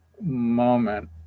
moment